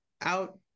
out